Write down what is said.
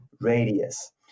radius